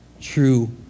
true